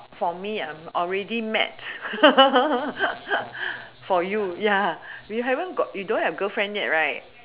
for me ah I already met for you ya you haven't got you don't have girlfriend yet right